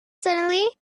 suddenly